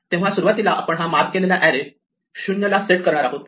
तेव्हा सुरुवातीला आपण हा मार्क केलेला एरे 0 ला सेट करणार आहोत